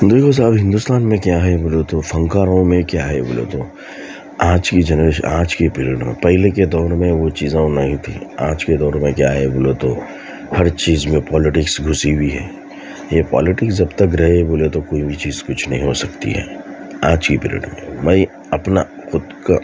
بے مثال ہندوستان میں کیا ہے بولے تو فنکاروں میں کیا ہے بولے تو آج کی جنریشن آج کی پیریڈ میں پہلے کے دور میں وہ چیزاں نہیں تھیں آج کے دور میں کیا ہے بولے تو ہر چیز میں پولیٹکس گھسی ہوئی ہے یہ پولیٹکس جب تک رہے بولے تو کوئی بھی چیز کچھ نہیں ہوسکتی ہے آج کی پیرئیڈ میں اپنا خود کا